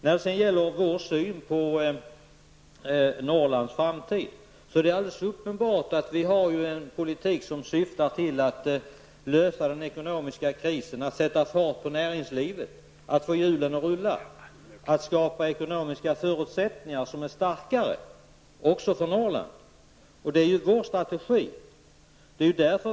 När det gäller vår syn på Norrlands framtid är det uppenbart att vi för en politik som syftar till att lösa den ekonomiska krisen, att sätta fart på näringslivet, att få hjulen att rulla och att skapa ekonomiska förutsättningar som är starkare, även för Norrland. Detta är vår strategi.